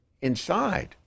inside